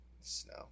snow